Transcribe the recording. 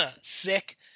sick